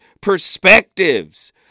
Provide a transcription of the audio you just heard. perspectives